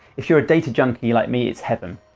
if you're a data junkie like me, it's heaven.